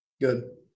Good